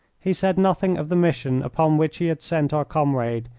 he said nothing of the mission upon which he had sent our comrade,